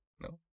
No